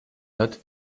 hat